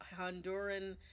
Honduran